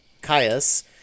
Caius